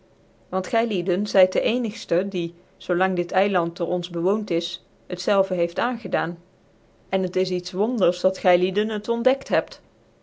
want gylicden zyt dc ecnigftc die zoo lang dit eiland door ons bewoont is het zelve heeft aangedaan en het is iets wonders dat gvheden het ontdekt hebt